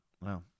Wow